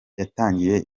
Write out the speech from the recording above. yatangiye